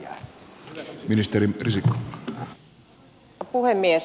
arvoisa puhemies